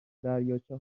دریاچه